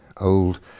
old